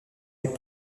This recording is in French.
les